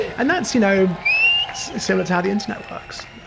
and that's you know similar to how the internet works.